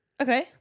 Okay